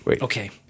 Okay